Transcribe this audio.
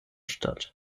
statt